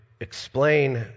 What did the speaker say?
explain